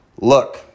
look